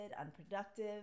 unproductive